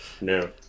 No